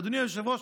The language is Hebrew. אדוני היושב-ראש,